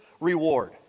reward